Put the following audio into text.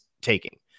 taking